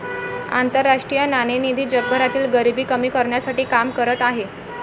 आंतरराष्ट्रीय नाणेनिधी जगभरातील गरिबी कमी करण्यासाठी काम करत आहे